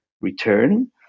return